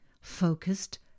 focused